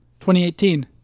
2018